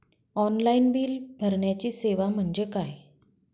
Online bill भरण्याची सेवा म्हणजे काय?